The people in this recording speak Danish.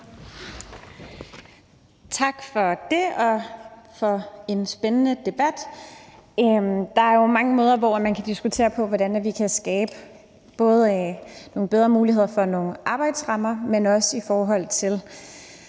Tak for det og for en spændende debat. Der er jo mange måder, hvorpå vi kan diskutere, hvordan vi både kan skabe nogle bedre muligheder for nogle arbejdsrammer, men også hvordan vi